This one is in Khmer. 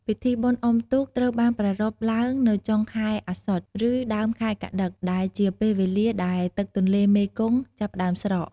ពិធីបុណ្យអុំទូក ត្រូវបានប្រារព្ធឡើងនៅចុងខែអស្សុជ ឬដើមខែកត្តិក ដែលជាពេលវេលាដែលទឹកទន្លេមេគង្គចាប់ផ្តើមស្រក។